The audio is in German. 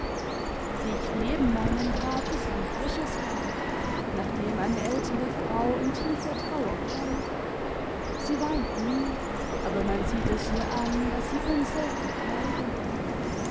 dicht neben meinem grab ist ein frisches grab nach dem eine ältere frau in tiefer trauer kommt sie weint nie aber man sieht es ihr an daß sie unsäglich leidet